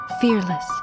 Fearless